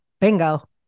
Bingo